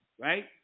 Right